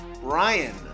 Brian